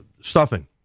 stuffing